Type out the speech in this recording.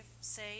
say